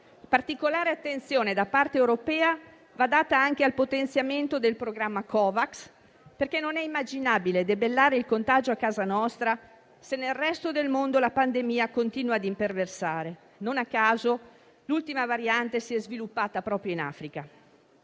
Particolare attenzione da parte europea va data anche al potenziamento del programma Covax, perché non è immaginabile debellare il contagio a casa nostra se nel resto del mondo la pandemia continua a imperversare. Non a caso, l'ultima variante si è sviluppata proprio in Africa,